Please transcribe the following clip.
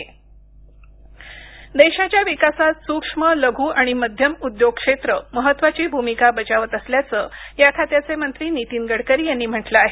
MSAE देशाच्या विकासात सूक्ष्म लघू आणि मध्यम उद्योग क्षेत्र महत्त्वाची भूमिका बजावत असल्याचं या खात्याचे मंत्री नीतीन गडकरी यांनी म्हटलं आहे